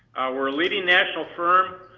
we're a leading national firm.